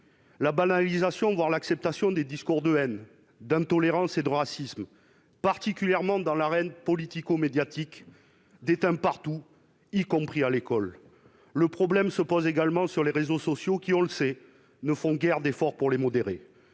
la banalisation, voire l'acceptation, des discours de haine, d'intolérance et de racisme, particulièrement dans l'arène politico-médiatique, déteint partout, y compris à l'école. Ces problèmes se posent également sur les réseaux sociaux, lesquels, on le sait, ne font guère d'effort pour les modérer.